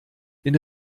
den